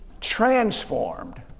transformed